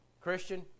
Christian